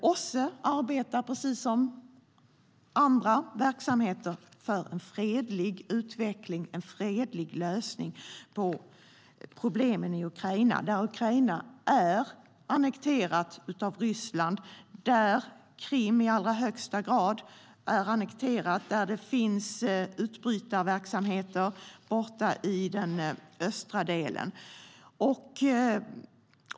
OSSE arbetar, precis som andra verksamheter, för en fredlig utveckling och en fredlig lösning på problemen i Ukraina, där Krim är annekterat av Ryssland och där det finns utbrytarverksamheter i den östra delen.